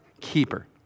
keeper